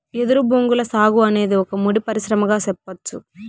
ఎదురు బొంగుల సాగు అనేది ఒక ముడి పరిశ్రమగా సెప్పచ్చు